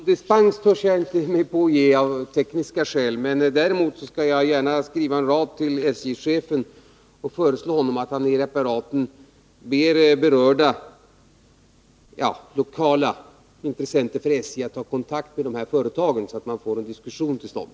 Herr talman! Någon dispens törs jag av tekniska skäl inte ge. Däremot skall jag gärna skriva en rad till SJ-chefen och föreslå honom att han ber lokala intressenter för SJ att ta kontakt med företagen, så att man får en diskussion till stånd.